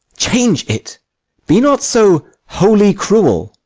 change it be not so holy-cruel.